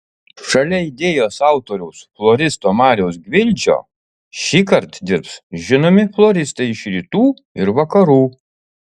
šalia idėjos autoriaus floristo mariaus gvildžio šįkart dirbs žinomi floristai iš rytų ir vakarų